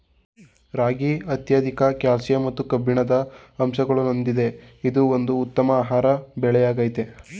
ರಾಗಿ ಅತ್ಯಧಿಕ ಕ್ಯಾಲ್ಸಿಯಂ ಮತ್ತು ಕಬ್ಬಿಣದ ಅಂಶಗಳನ್ನೊಳಗೊಂಡಿದೆ ಇದು ಒಂದು ಉತ್ತಮ ಆಹಾರ ಬೆಳೆಯಾಗಯ್ತೆ